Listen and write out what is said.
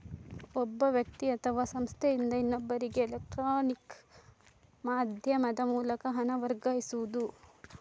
ಒಬ್ಬ ವ್ಯಕ್ತಿ ಅಥವಾ ಸಂಸ್ಥೆಯಿಂದ ಇನ್ನೊಬ್ಬರಿಗೆ ಎಲೆಕ್ಟ್ರಾನಿಕ್ ಮಾಧ್ಯಮದ ಮೂಲಕ ಹಣ ವರ್ಗಾಯಿಸುದು